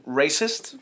racist